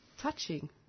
touching